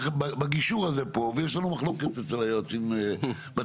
בגישור הזה פה, ויש לנו מחלוקת בין ביועצים שלנו.